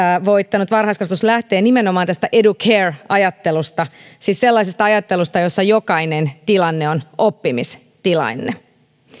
voittanut varhaiskasvatus lähtee nimenomaan tästä educare ajattelusta siis sellaisesta ajattelusta jossa jokainen tilanne on oppimistilanne